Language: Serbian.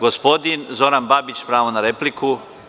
Gospodin Zoran Babić ima reč, pravo na repliku.